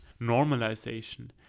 normalization